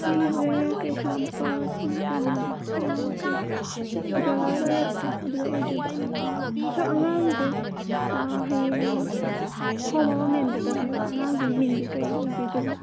ꯑꯩꯁꯦ ꯀꯩꯁꯥꯝꯄꯥꯠ ꯀꯩꯅꯣꯗꯣ ꯀꯩ ꯖꯦꯜꯂꯔ ꯂꯩꯔꯛꯇꯣ ꯑꯗꯨꯗ ꯑꯣꯏꯗꯣꯏꯕ ꯑꯗꯣ ꯑꯉꯥꯡꯁꯦ ꯍꯌꯦꯡ ꯐꯣꯝ ꯑꯃ ꯃꯦꯟꯒꯗꯕꯅꯦꯕ ꯑꯉꯥꯡꯁꯦ ꯃꯤꯡꯁꯦ ꯀꯔꯤ ꯑꯣꯏꯕꯤꯗꯣꯏꯅꯣ